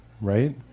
right